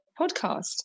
podcast